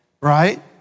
right